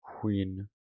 Queen